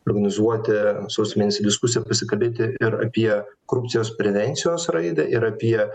organizuoti sausio mėnesį diskusiją pasikalbėti ir apie korupcijos prevencijos raidą ir apie